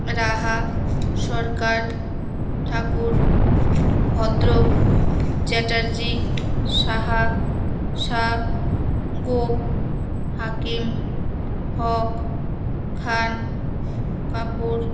Raha Sarkar Thakur Bhadra Chatterjee Saha Shah Gope Hakim Haque Khan Kapoor